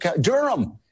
Durham